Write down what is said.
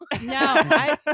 No